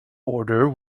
order